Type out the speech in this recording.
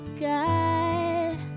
God